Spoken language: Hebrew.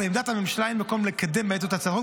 לעמדת הממשלה אין מקום לקדם בעת הזו את הצעת החוק,